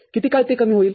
किती काळ ते कमी होईल